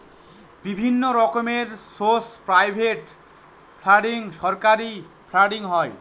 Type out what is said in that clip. বিভিন্ন রকমের source private funding, সরকারি ফান্ডিং হয়